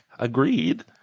Agreed